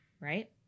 Right